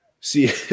see